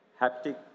haptic